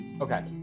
Okay